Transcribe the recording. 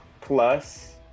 Plus